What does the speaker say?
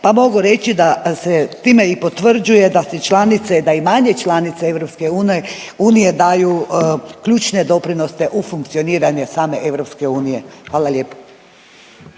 pa mogu reći da se time i potvrđuje da si članice, da i manje članice EU daju ključne doprinose u funkcioniranju same EU. Hvala lijepo.